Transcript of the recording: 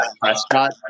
Prescott